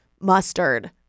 mustard